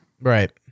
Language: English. Right